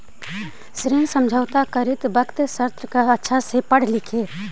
ऋण समझौता करित वक्त शर्त अच्छा से पढ़ लिहें